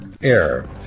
air